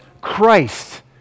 Christ